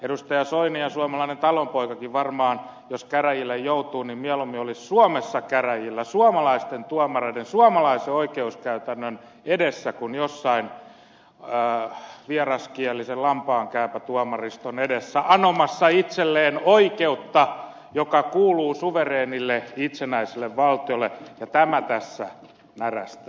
soini ja suomalainen talonpoikakin varmaan jos käräjille joutuu olisi mieluummin suomessa käräjillä suomalaisten tuomareiden suomalaisen oikeuskäytännön edessä kuin jossain vieraskielisen lampaankääpätuomariston edessä anomassa itselleen oikeutta joka kuuluu suvereenille itsenäiselle valtiolle ja tämä tässä närästää